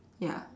ya